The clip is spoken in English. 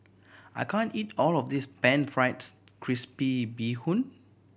I can't eat all of this pan fries crispy bee hoon